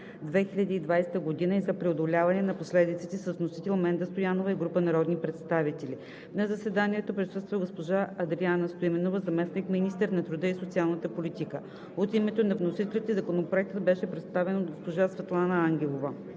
2020 г., и за преодоляване на последиците с вносител Менда Стоянова и група народни представители. На заседанието присъства госпожа Адриана Стоименова – заместник министър на труда и социалната политика. От името на вносителите Законопроектът беше представен от госпожа Светлана Ангелова.